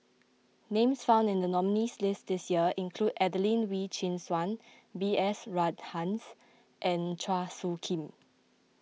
names found in the nominees' list this year include Adelene Wee Chin Suan B S Rajhans and Chua Soo Khim